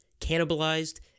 cannibalized